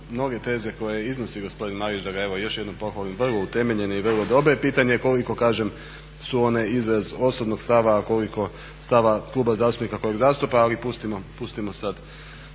mnoge teze koje iznosi gospodin Marić, da ga evo još jednom pohvalim, vrlo utemeljene i vrlo dobre, pitanje je koliko, kažem su one izraz osobnog stava a koliko stava kluba zastupnika kojeg zastupa ali pustimo sada